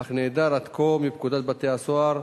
אך נעדר עד כה מפקודת בתי-הסוהר,